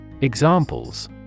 Examples